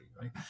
right